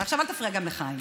עכשיו אל תפריע גם לחיים.